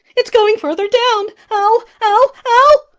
it's going further down. ow. ow. ow.